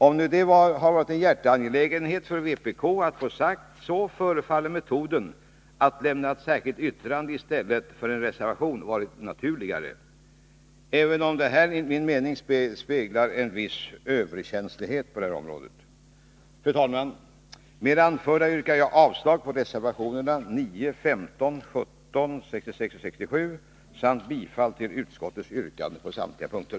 Om nu detta var en hjärteangelägenhet för vpk att få sagt, så förefaller metoden att lämna ett särskilt yttrande i stället för en reservation ha varit naturligare. Jag vill framhålla detta, även om vpk:s inställning — enligt min mening — speglar en viss överkänslighet i denna fråga. Fru talman! Med det anförda yrkar jag avslag på reservationerna 9, 15, 17, 66 och 67 samt bifall till utskottets hemställan på samtliga punkter.